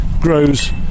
grows